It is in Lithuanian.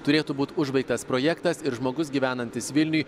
turėtų būt užbaigtas projektas ir žmogus gyvenantis vilniuj